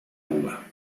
uva